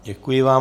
Děkuji vám.